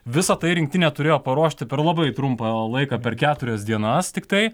visa tai rinktinė turėjo paruošti per labai trumpą laiką per keturias dienas tiktai